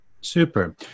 Super